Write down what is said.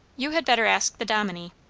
you had better ask the dominie.